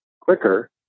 quicker